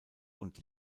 und